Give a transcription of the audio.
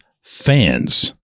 fans